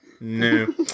No